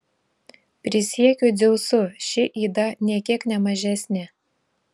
prisiekiu dzeusu ši yda nė kiek ne mažesnė